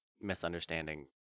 misunderstanding